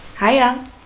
Hiya